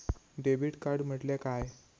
Debit card म्हटल्या काय?